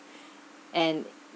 and